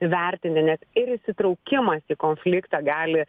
įvertini nes ir įsitraukimas į konfliktą gali